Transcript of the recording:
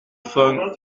fin